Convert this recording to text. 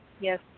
yes